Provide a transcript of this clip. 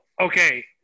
okay